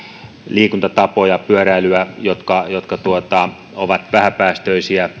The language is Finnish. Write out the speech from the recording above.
liikuntatapoja kuten pyöräilyä jotka jotka ovat vähäpäästöisiä